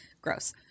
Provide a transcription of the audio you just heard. gross